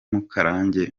mukarange